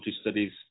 studies